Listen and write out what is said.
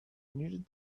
needed